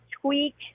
tweak